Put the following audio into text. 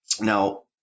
now